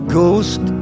ghost